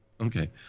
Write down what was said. okay